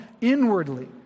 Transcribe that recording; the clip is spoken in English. inwardly